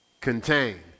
Contained